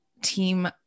team